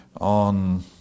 on